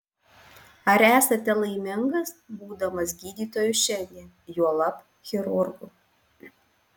ar esate laimingas būdamas gydytoju šiandien juolab chirurgu